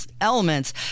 elements